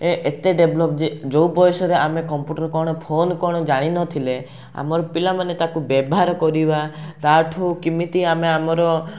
ଏ ଏତେ ଡେଭଲପ୍ ଯେ ଯେଉଁ ବୟସରେ ଆମେ କମ୍ପ୍ୟୁଟର କ'ଣ ଫୋନ୍ କ'ଣ ଜାଣିନଥିଲେ ଆମର ପିଲାମାନେ ତାକୁ ବ୍ୟବହାର କରିବା ତା'ଠୁ କିମିତି ଆମେ ଆମର